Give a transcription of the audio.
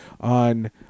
on